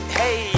hey